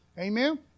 Amen